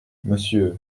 monsieur